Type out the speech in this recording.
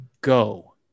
go